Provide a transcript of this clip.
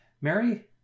Mary